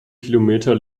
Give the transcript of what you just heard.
kilometer